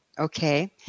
Okay